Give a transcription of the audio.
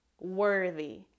worthy